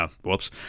whoops